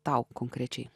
tau konkrečiai